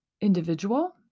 individual